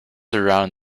around